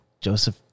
Joseph